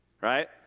right